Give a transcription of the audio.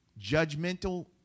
judgmental